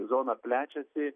zona plečiasi